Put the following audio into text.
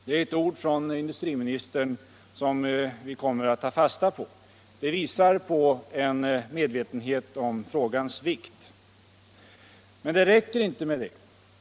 Det är ord från industriministern som vi kommer att ta fasta på. De visar på en medvetenhet om frågans vikt. Men det räcker inte med det.